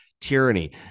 tyranny